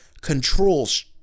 controls